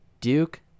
Duke